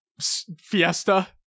Fiesta